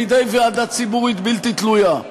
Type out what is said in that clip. בידי ועדה ציבורית בלתי תלויה.